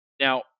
Now